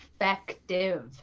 effective